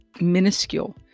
minuscule